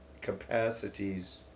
capacities